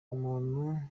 umuntu